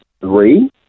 three